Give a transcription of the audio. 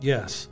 Yes